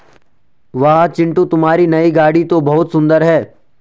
वाह चिंटू तुम्हारी नई गाड़ी तो बहुत सुंदर है